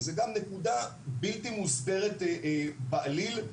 זו נקודה בלתי מוסברת בעליל.